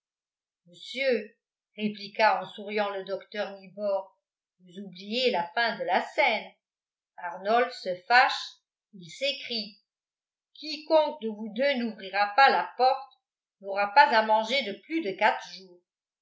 monsieur répliqua en souriant le docteur nibor vous oubliez la fin de la scène arnolphe se fâche il s'écrie quiconque de vous deux n'ouvrira pas la porte n'aura pas à manger de plus de quatre jours